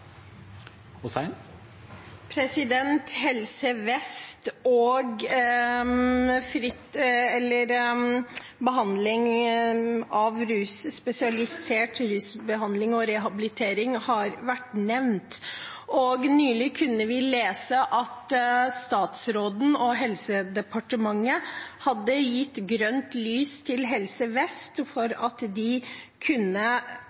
Helse Vest og spesialisert rusbehandling og rehabilitering har vært nevnt. Nylig kunne vi lese at statsråden og Helsedepartementet hadde gitt grønt lys til Helse Vest for at de kunne